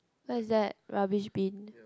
where is that rubbish bin